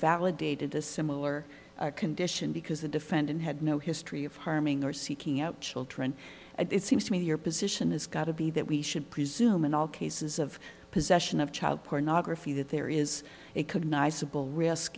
invalidate it as similar condition because the defendant had no history of harming or seeking out children and it seems to me your position has got to be that we should presume in all cases of possession of child pornography that there is it could nice a bill risk